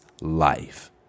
life